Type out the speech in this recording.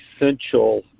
essential